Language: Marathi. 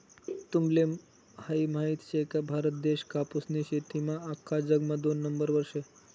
तुम्हले हायी माहित शे का, भारत देश कापूसनी शेतीमा आख्खा जगमा दोन नंबरवर शे